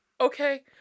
okay